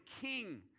king